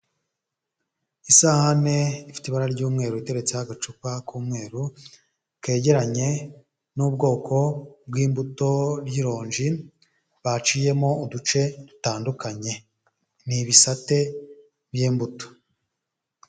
Isahane ifite ibara ry'umweru riteretseho agacupa k'umweru, kegeranye n'ubwoko bw'imbuto y'ironji baciyemo uduce dutandukanye ni ibisate by'imbuto.